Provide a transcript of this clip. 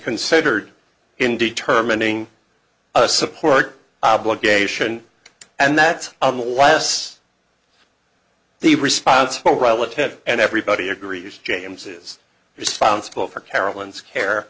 considered in determining a support obligation and that unless the responsible relatives and everybody agrees james is responsible for car